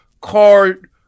card